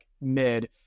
mid